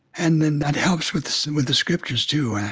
and then that helps with with the scriptures too.